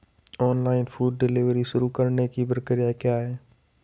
Online food delivery शुरू करने की प्रक्रिया क्या है?